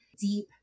deep